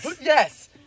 Yes